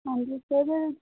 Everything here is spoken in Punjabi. ਹਾਂਜੀ ਸਰ